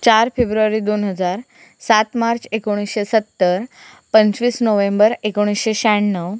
चार फेब्रुवारी दोन हजार सात मार्च एकोणीसशे सत्तर पंचवीस नोवेंबर एकोणीसशे शहाण्णव